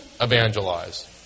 evangelize